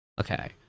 Okay